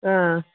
ꯑꯪ